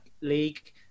league